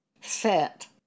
set